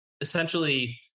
essentially